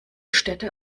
städte